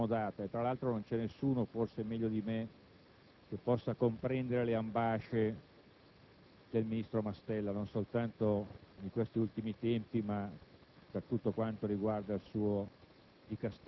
L'unica novità che ha portato il suo discorso è l'aver confermato in maniera chiara e inequivocabile la solidarietà al ministro Mastella.